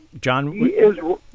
John